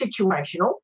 situational